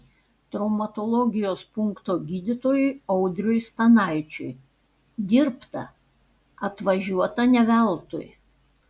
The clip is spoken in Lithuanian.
traumatologijos punkto gydytojui audriui stanaičiui dirbta atvažiuota ne veltui